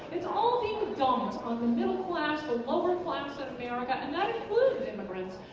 it's all being dumped on the middle class, the lower class in america. and that includes immigrants,